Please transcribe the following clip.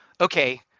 okay